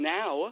now